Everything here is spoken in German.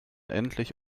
endlich